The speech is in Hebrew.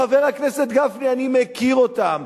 חבר הכנסת גפני, אני מכיר אותם.